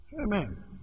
Amen